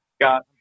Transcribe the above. got –